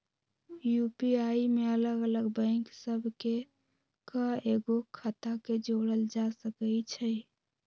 UPI में अलग अलग बैंक सभ के कएगो खता के जोड़ल जा सकइ छै